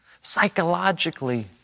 psychologically